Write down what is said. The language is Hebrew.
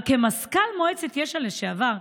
אבל כמזכ"ל מועצת יש"ע לשעבר,